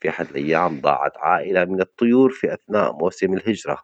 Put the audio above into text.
في أحد الأيام ضاعت عائلة من الطيور في أثناء موسم الهجرة،